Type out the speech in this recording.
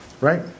Right